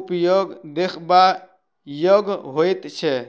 उपयोग देखबा योग्य होइत छै